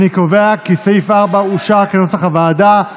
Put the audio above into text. אני קובע כי סעיף 4 אושר כנוסח הוועדה.